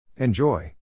Enjoy